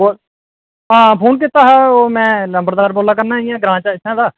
अच्छा ओह् फोन कीता हा में लम्बड़दार बोल्ला ना ग्रां दा